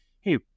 hey